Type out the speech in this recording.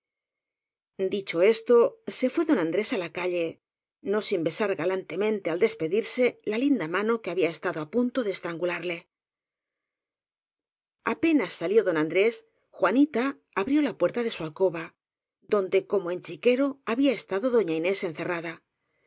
dicho esto se fué don andrés á la calle no sin besar galantemente al despedirse la linda mano que había estado á punto de estrangularle apenas salió don andrés juanita abrió la puerta de su alcoba donde como en chiquero había esta do doña inés encerrada